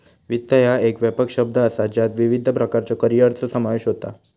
वित्त ह्या एक व्यापक शब्द असा ज्यात विविध प्रकारच्यो करिअरचो समावेश होता